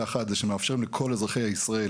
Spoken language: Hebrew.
אופציה אחת זה שמאפשרים לכל אזרחי ישראל